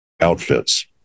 outfits